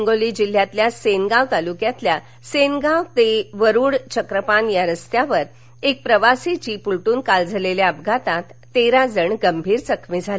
हिंगोली जिल्ह्यातील सेनगाव तालुक्यातील सेनगाव ते वरुड चक्रपान रस्त्यावर एक प्रवासी जीप उलटून काल झालेल्या अपघातात तेरा जण गंभीर जखमी झाले